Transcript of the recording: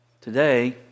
Today